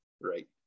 Right